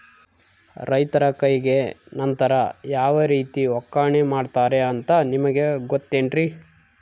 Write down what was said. ರೈತರ ಕೈಗೆ ನಂತರ ಯಾವ ರೇತಿ ಒಕ್ಕಣೆ ಮಾಡ್ತಾರೆ ಅಂತ ನಿಮಗೆ ಗೊತ್ತೇನ್ರಿ?